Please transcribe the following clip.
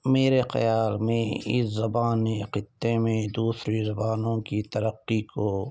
میرے خیال میں اس زبان خطّے میں دوسری زبانوں کی ترقی کو